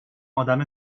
ادم